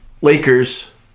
Lakers